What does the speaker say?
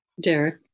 derek